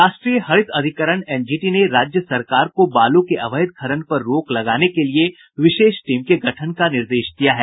राष्ट्रीय हरित अधिकरण एनजीटी ने राज्य सरकार को बालू के अवैध खनन पर रोक लगाने के लिए विशेष टीम के गठन का निर्देश दिया है